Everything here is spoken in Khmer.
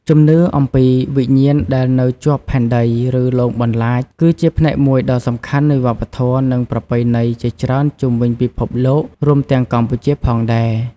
ជំនឿអំពីវិញ្ញាណដែលនៅជាប់ផែនដី ឬលងបន្លាច គឺជាផ្នែកមួយដ៏សំខាន់នៃវប្បធម៌ និងប្រពៃណីជាច្រើនជុំវិញពិភពលោក រួមទាំងកម្ពុជាផងដែរ។